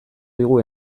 digu